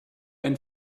ein